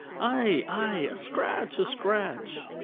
ay, ay, a scratch, a scratch.